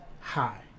hi